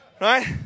Right